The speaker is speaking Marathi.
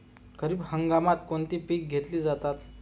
खरीप हंगामात कोणती पिके घेतली जातात?